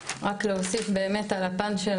רק להוסיף באמת על הפן של